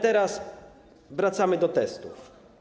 Teraz wracamy do testów.